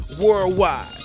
worldwide